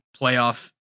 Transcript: playoff